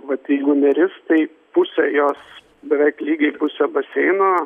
vat jeigu neris tai pusė jos beveik lygiai pusė baseino